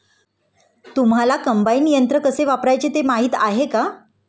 तुम्हांला कम्बाइन यंत्र कसे वापरायचे ते माहीती आहे का?